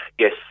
Yes